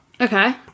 Okay